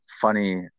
funny